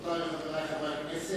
ב' בחודש חשוון תש"ע, 20 באוקטובר 2009